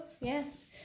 yes